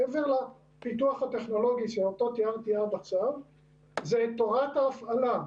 מעבר לפיתוח הטכנולוגי שאותו תיארתי עד עכשיו זה את תורת ההפעלה,